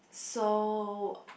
so